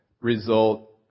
result